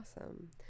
awesome